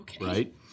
Right